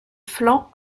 flancs